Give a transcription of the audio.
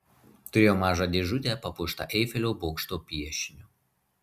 turėjo mažą dėžutę papuoštą eifelio bokšto piešiniu